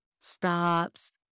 stops